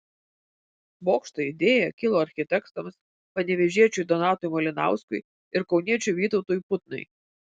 bokšto idėja kilo architektams panevėžiečiui donatui malinauskui ir kauniečiui vytautui putnai